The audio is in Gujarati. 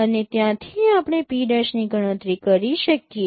અને ત્યાંથી આપણે P' ની ગણતરી કરી શકીએ